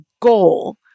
goal